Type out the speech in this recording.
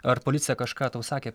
ar policija kažką tau sakė